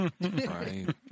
Right